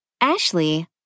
Ashley